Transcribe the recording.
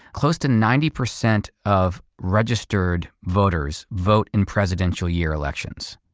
close to ninety percent of registered voters vote in presidential-year elections.